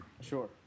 Sure